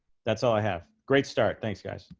that's all i have great start. thanks, guys.